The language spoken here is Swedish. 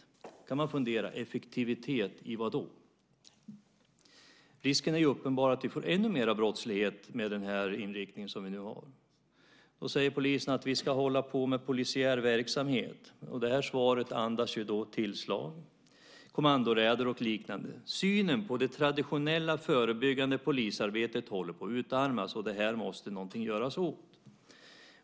Då kan man fundera: Effektivitet i vad då? Risken är uppenbar att vi med den inriktning vi nu har får ännu mer brottslighet. Då säger polisen: Vi ska hålla på med polisiär verksamhet. Detta svar andas tillslag, kommandoräder och liknande. Synen på det traditionella förebyggande polisarbetet håller på att utarmas. Åt detta måste någonting göras!